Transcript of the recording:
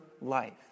life